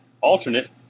alternate